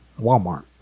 Walmart